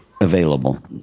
available